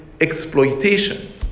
exploitation